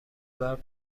ببر